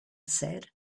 said